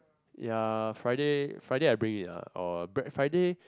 ya Friday Friday I bring it lah or Friday